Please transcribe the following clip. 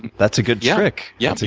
that's a good yeah trick. yeah.